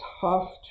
tough